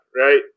right